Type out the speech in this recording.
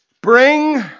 bring